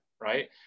right